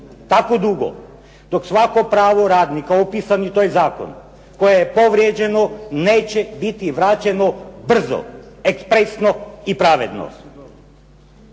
tako dugo dok svako pravo radnika opisani u taj zakon koje je povrijeđeno neće biti vraćeno brzo, ekspresno i pravedno.